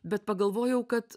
bet pagalvojau kad